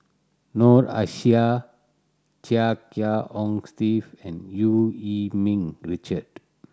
Noor Aishah Chia Kiah Hong Steve and Eu Yee Ming Richard